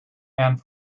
and